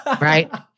right